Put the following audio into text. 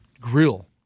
grill